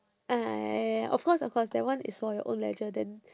ah ya ya ya of course of course that one is for your own leisure then